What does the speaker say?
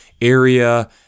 area